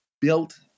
built